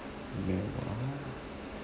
female ah